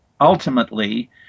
ultimately